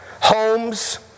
homes